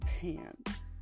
pants